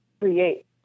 create